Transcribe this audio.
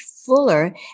fuller